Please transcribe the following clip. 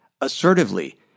assertively